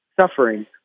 suffering